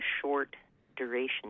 short-duration